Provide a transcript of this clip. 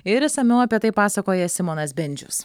ir išsamiau apie tai pasakoja simonas bendžius